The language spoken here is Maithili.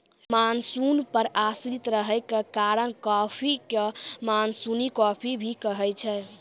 मानसून पर आश्रित रहै के कारण कॉफी कॅ मानसूनी कॉफी भी कहै छै